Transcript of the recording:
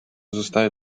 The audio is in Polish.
zostaje